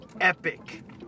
epic